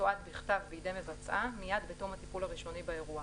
תתועד בכתב בידי מבצעה מיד בתום הטיפול הראשוני באירוע.